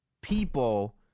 people